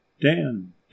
Dan